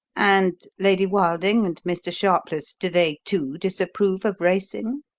and lady wilding and mr. sharpless do they, too, disapprove of racing?